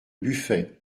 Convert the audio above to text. buffet